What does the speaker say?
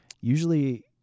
Usually